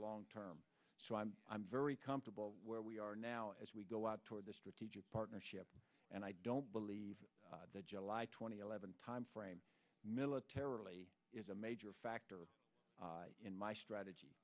long term so i'm i'm very comfortable where we are now as we go out toward the strategic partnership and i don't believe the july two thousand and eleven timeframe militarily is a major factor in my strategy